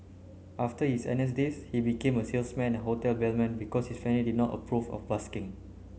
after his N S days he became a salesman and hotel bellman because his family did not approve of busking